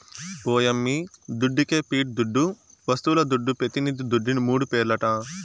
ఓ యమ్మీ దుడ్డికే పియట్ దుడ్డు, వస్తువుల దుడ్డు, పెతినిది దుడ్డుని మూడు పేర్లట